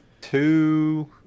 two